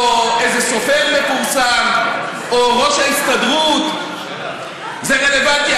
או איזה סופר מפורסם או ראש ההסתדרות זה רלוונטי,